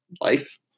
life